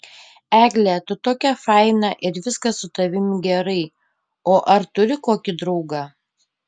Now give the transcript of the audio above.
egle tu tokia faina ir viskas su tavimi gerai o ar turi kokį draugą